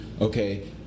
okay